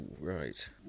right